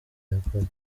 yakoze